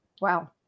Wow